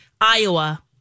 Iowa